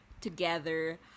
together